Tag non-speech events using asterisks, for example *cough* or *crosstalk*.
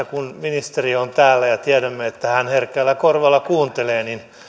*unintelligible* kun ministeri on täällä ja tiedämme että hän herkällä korvalla kuuntelee niin